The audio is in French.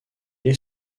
est